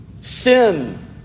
Sin